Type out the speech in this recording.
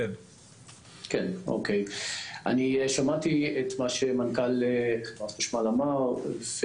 אני שמעתי את מה שמנכ"ל חברת חשמל אמר,